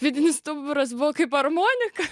vidinis stuburas buvo kaip armonika